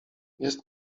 jest